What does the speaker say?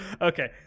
Okay